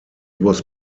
was